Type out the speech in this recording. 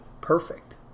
Perfect